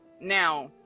Now